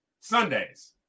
Sundays